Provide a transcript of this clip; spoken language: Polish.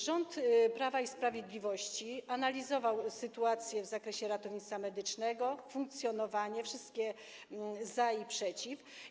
Rząd Prawa i Sprawiedliwości analizował sytuację w zakresie ratownictwa medycznego, jego funkcjonowanie, wszystkie za i przeciw.